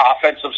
offensive